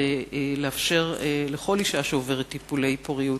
ולאפשר לכל אשה שעוברת טיפולי פוריות